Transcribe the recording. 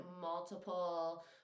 multiple